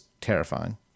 terrifying